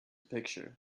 picture